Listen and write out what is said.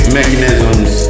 mechanisms